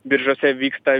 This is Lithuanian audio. biržose vyksta